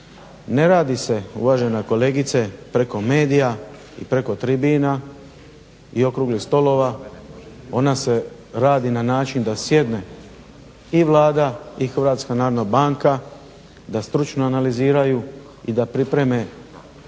ne radi se uvažena kolegice preko medija i preko tribina i okruglih stolova. Ona se radi na način da sjedne i Vlada i HNB da stručno analiziraju i da pripreme